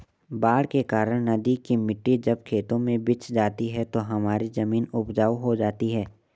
बाढ़ के कारण नदी की मिट्टी जब खेतों में बिछ जाती है तो हमारी जमीन उपजाऊ हो जाती है